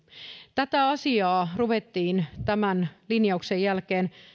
tätä asiaa ruvettiin tämän linjauksen jälkeen